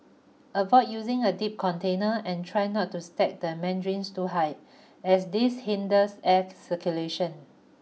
avoid using a deep container and try not to stack the mandarins too high as this hinders air circulation